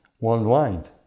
worldwide